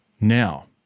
Now